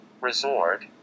resort